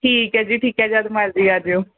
ਠੀਕ ਹੈ ਜੀ ਠੀਕ ਹੈ ਜਦ ਮਰਜ਼ੀ ਆਜਿਓ